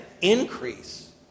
increase